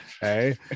hey